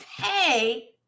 pay